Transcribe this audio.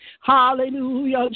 Hallelujah